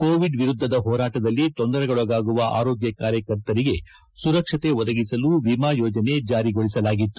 Covid ವಿರುದ್ಧದ ಹೋರಾಟದಲ್ಲಿ ತೊಂದರೆಗೊಳಗಾಗುವ ಅರೋಗ್ತ ಕಾರ್ಯಕರ್ತರಿಗೆ ಸುರಕ್ಷತೆ ಒದಗಿಸಲು ವಿಮಾ ಯೋಜನೆ ಜಾರಿಗೊಳಿಸಲಾಗಿತ್ತು